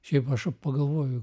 šiaip aš pagalvoju